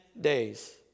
days